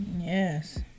Yes